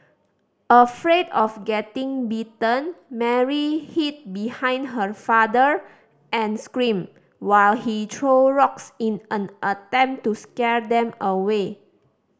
afraid of getting bitten Mary hid behind her father and screamed while he threw rocks in an attempt to scare them away